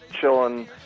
chilling